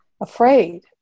afraid